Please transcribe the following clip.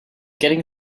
getting